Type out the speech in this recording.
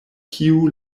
kiu